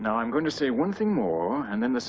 know i'm going to say one thing more and then the